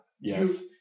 Yes